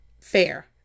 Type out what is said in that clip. Fair